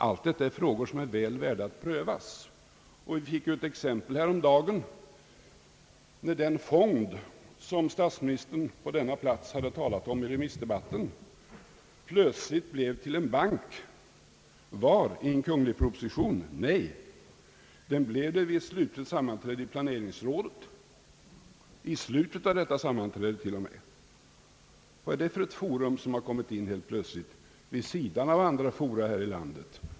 Alla dessa frågor är värda att prövas, och vi fick härom dagen ett exempel härpå när den fond, som statsministern från denna plats hade talat om under remissdebatten, plötsligt blev till en bank. Frågan är: Var? I en kunglig proposition? Nej, det blev den vid ett slutet sammanträde i planeringsrådet, t.o.m. i slutet av detta sammanträde. Vad är det för ett forum, som helt plötsligt har kommit inför den offentliga debatten vid sidan av andra fora här i landet?